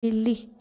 बि॒ली